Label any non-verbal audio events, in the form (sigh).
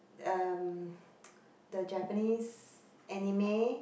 umm (breath) the Japanese anime